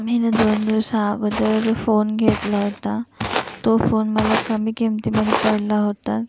मीनं दोन दिवसा अगोदर फोन घेतला होता तो फोन मला कमी किमतीमध्ये पडला होता